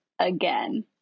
again